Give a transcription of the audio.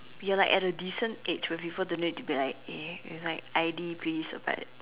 you are like at a decent age where people don't need to be like eh is like I_D please or what